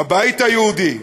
הבית היהודי,